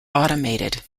automated